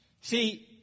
See